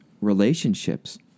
relationships